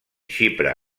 xipre